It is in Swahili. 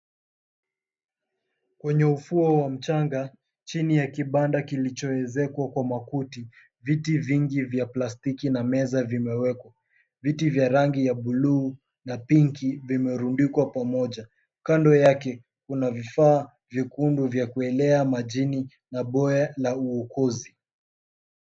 Kwenye ufuo wa mchanga, chini ya kibanda kilichoezekwa kwa makuti. Viti vingi vya plastiki na meza vimewekwa. Viti vya rangi ya buluu na pinki vimerundikwa pamoja. Kando yake kuna vifaa vyekundu vya kuelea majini na boya la uokozi.